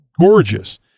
gorgeous